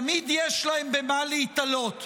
תמיד יש להם במה להיתלות.